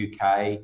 UK